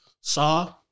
saw